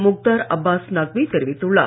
முக்தார் அப்பாஸ் நக்வி தெரிவித்துள்ளார்